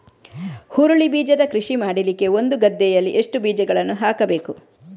ಹುರುಳಿ ಬೀಜದ ಕೃಷಿ ಮಾಡಲಿಕ್ಕೆ ಒಂದು ಗದ್ದೆಯಲ್ಲಿ ಎಷ್ಟು ಬೀಜಗಳನ್ನು ಹಾಕಬೇಕು?